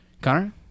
Connor